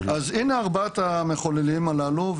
הנה ארבעת המחוללים הללו,